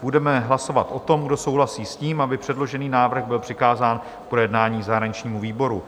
Budeme hlasovat o tom, kdo souhlasí s tím, aby předložený návrh byl přikázán k projednání zahraničnímu výboru.